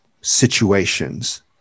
situations